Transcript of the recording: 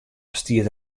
stiet